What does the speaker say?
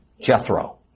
Jethro